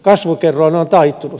kasvukerroin on taittunut